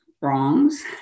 wrongs